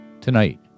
Tonight